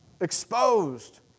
exposed